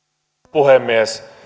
puhemies